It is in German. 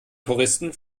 touristen